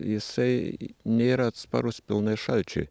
jisai nėra atsparus pilnai šalčiui